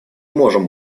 можем